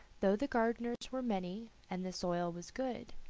though the gardeners were many and the soil was good,